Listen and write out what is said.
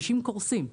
אנשים קורסים.